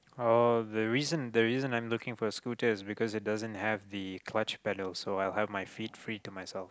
oh the reason the reason I'm looking for a scooter is because it doesn't have the clutch panel so I will have my feet free to myself